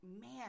man